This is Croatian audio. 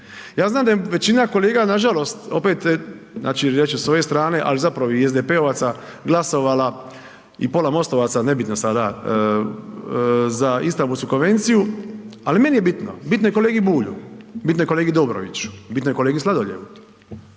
Ja znam da je većina kolega, nažalost, opet, znači reći ću sa svoje strane, ali zapravo i SDP-ovaca glasovala i pola MOST-ovaca, nebitno sada, za Istambulsku konvenciju, ali meni je bitno. Bitno je kolegi Bulju, bitno je kolegi Dobroviću, bitno je kolegi Sladoljevu.